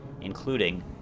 including